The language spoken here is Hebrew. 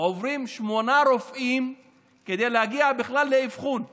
עוברים אצל שמונה רופאים כדי להגיע לאבחון בכלל,